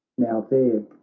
now there,